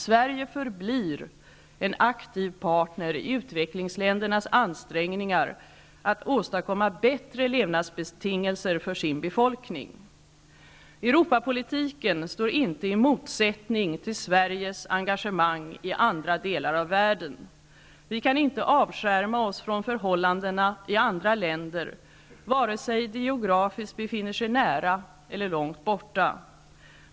Sverige förblir en aktiv partner i utvecklingsländernas ansträngningar att åstadkomma bättre levnadsbetingelser för sin befolkning. Europapolitiken står inte i motsättning till Sveriges engagemang i andra delar av världen. Vi kan inte avskärma oss från förhållandena i andra länder, vare sig de geografiskt befinner sig nära eller långt borta.